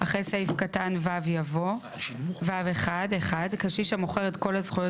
" (ג)אחרי סעיף קטן (ו) יבוא: "(ו1) (1)קשיש המוכר את כל הזכויות